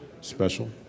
special